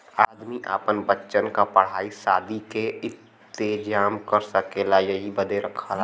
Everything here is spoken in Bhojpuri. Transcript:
आदमी आपन बच्चन क पढ़ाई सादी के इम्तेजाम कर सकेला यही बदे रखला